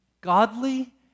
godly